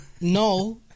No